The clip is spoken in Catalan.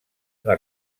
una